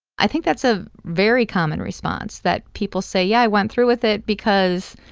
i think that's a very common response that people say, yeah, i went through with it because,